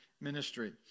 ministry